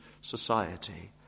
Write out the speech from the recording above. society